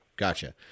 Gotcha